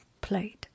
played